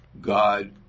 God